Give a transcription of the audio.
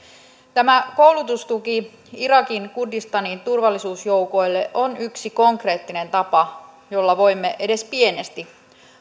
tämä koulutustuki irakin kurdistanin turvallisuusjoukoille on yksi konkreettinen tapa jolla voimme edes pienesti